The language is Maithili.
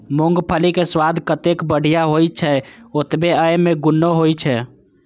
मूंगफलीक स्वाद जतेक बढ़िया होइ छै, ओतबे अय मे गुणो होइ छै